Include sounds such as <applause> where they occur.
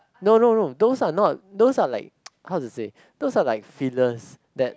no no no those are not those are like <noise> how to say those are like fillers that